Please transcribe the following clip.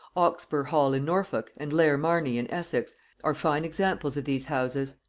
oxburgh-hall in norfolk and layer marney in essex are fine examples of these houses.